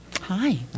hi